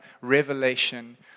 revelation